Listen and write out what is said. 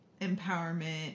empowerment